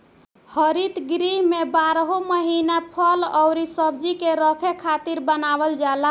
हरित गृह में बारहो महिना फल अउरी सब्जी के रखे खातिर बनावल जाला